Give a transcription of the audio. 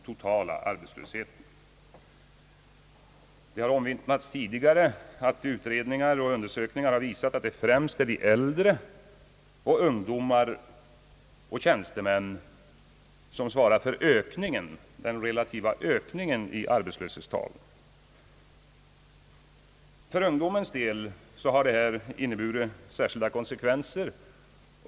Det har tidigare omvittnats här att undersökningar visar att det främst är de äldre, ungdomar och tjänstemän som svarar för ökningen i arbetslöshetstalen. För ungdomens del har detta medfört särskilda konsekvenser.